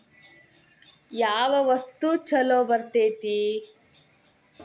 ಯಾವ ವಸ್ತು ಛಲೋ ಬರ್ತೇತಿ?